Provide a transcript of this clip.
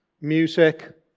Music